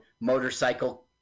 motorcycle